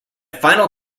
final